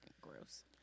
gross